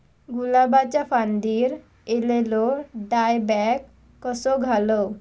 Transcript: गुलाबाच्या फांदिर एलेलो डायबॅक कसो घालवं?